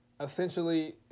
essentially